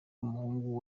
umuhungu